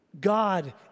God